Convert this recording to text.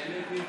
אם כך,